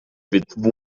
with